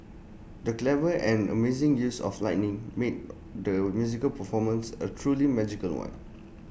the clever and amazing use of lighting made the musical performance A truly magical one